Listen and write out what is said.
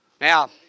Now